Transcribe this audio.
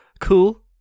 cool